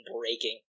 breaking